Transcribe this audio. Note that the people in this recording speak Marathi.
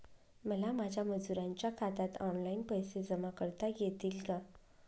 मला माझ्या मजुरांच्या खात्यात ऑनलाइन पैसे जमा करता येतील का?